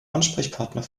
ansprechpartner